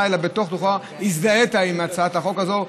אלא בתוך-תוכך הזדהית עם הצעת החוק הזאת,